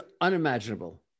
unimaginable